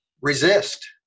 resist